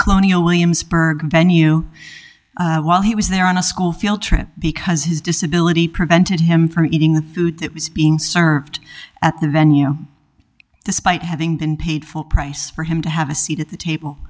colonial williamsburg venue while he was there on a school field trip because his disability prevented him from eating the food that was being served at the venue despite having been paid full price for him to have a seat at the table